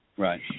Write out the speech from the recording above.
Right